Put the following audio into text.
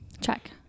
Check